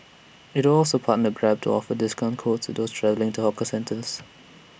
IT will also partner grab to offer discount codes to those travelling to hawker centre